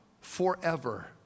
forever